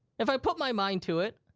if i put my mind to it,